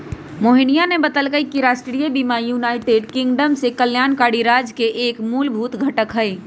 मोहिनीया ने बतल कई कि राष्ट्रीय बीमा यूनाइटेड किंगडम में कल्याणकारी राज्य के एक मूलभूत घटक हई